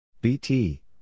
BT